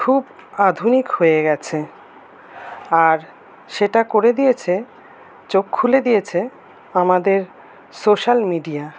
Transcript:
খুব আধুনিক হয়ে গেছে আর সেটা করে দিয়েছে চোখ খুলে দিয়েছে আমাদের সোশ্যাল মিডিয়া